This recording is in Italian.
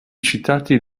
citati